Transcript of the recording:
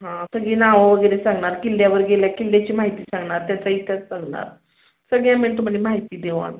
हां सगळी नावं वगैरे सांगणार किल्ल्यावर गेल्या किल्ल्याची माहिती सांगणार त्याचा इतिहास सांगणार सगळ्या मेन टू म्हणजे माहिती देऊ आम्ही